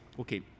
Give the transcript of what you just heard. Okay